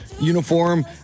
uniform –